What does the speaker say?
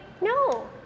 No